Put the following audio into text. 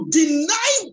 deny